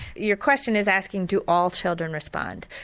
your question is asking do all children respond,